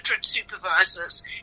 supervisors